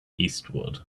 eastward